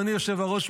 אדוני היושב-ראש,